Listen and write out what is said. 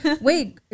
Wait